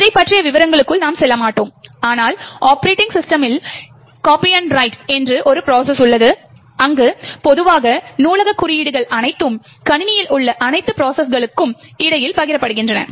இதைப் பற்றிய விவரங்களுக்கு நாம் செல்ல மாட்டோம் ஆனால் ஒப்பரேட்டிங் சிஸ்டம்களில் காப்பி ஆன் ரைட் என்று ஒரு ப்ரோசஸ் உள்ளது அங்கு பொதுவாக நூலகக் குறியீடுகள் அனைத்தும் கணினியில் உள்ள அனைத்து ப்ரோசஸ்களுக்கும் இடையில் பகிரப்படுகின்றன